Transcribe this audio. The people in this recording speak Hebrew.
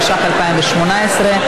התשע"ח 2018,